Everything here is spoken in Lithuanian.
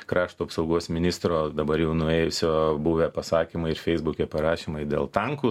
krašto apsaugos ministro dabar jau nuėjusio buvę pasakymai ir feisbuke parašymai dėl tankų